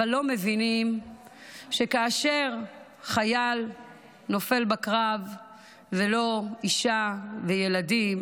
אבל לא מבינים שכאשר חייל נופל בקרב ויש לו אישה וילדים,